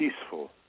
peaceful